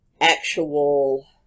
actual